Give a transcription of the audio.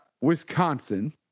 Wisconsin